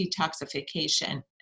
detoxification